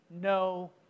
no